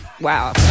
Wow